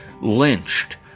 lynched